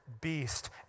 beast